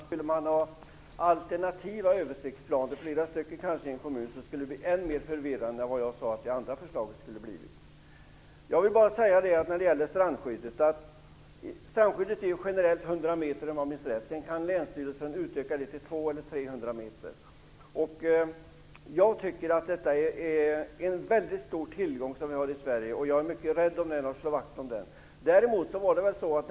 Fru talman! Skulle man ha flera alternativa översiktsplaner i en kommun skulle det bli än mer förvirrande än vad det skulle ha blivit med det andra förslag som nämnts. Strandskyddet gäller generellt 100 meter. Sedan kan länsstyrelsen utöka det till 200 eller 300 meter. Jag tycker att detta är en väldigt stor tillgång som vi har i Sverige. Jag är mycket rädd om det och vill slå vakt om det.